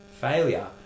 failure